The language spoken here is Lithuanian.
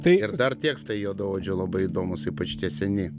tai ir dar tekstai juodaodžio labai įdomūs ypač tie seni